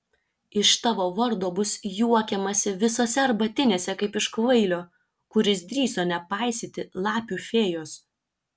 iš tavo vardo bus juokiamasi visose arbatinėse kaip iš kvailio kuris drįso nepaisyti lapių fėjos